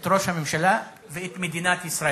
את ראש הממשלה ואת מדינת ישראל.